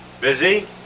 Busy